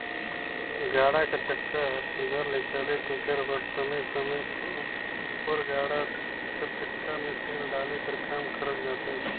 गाड़ा कर चक्का हर सुग्घर ले चले तेकर बर समे समे उपर गाड़ा कर चक्का मे तेल डाले कर काम करल जाथे